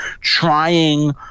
trying